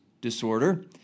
disorder